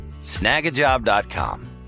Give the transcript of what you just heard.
snagajob.com